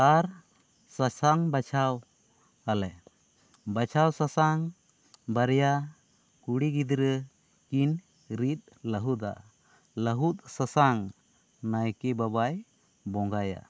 ᱟᱨ ᱥᱟᱥᱟᱝ ᱵᱟᱪᱷᱟᱣ ᱟᱞᱮ ᱟᱨ ᱵᱟᱪᱷᱟᱣ ᱥᱟᱥᱟᱝ ᱵᱟᱨᱭᱟ ᱠᱩᱲᱤ ᱜᱤᱫᱽᱨᱟᱹ ᱠᱤᱱ ᱨᱤᱫ ᱞᱟᱹᱦᱩᱫᱟ ᱞᱟᱹᱦᱩᱫ ᱥᱟᱥᱟᱝ ᱱᱟᱭᱠᱮ ᱵᱟᱵᱟᱭ ᱵᱚᱸᱜᱟᱭᱟ